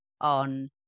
on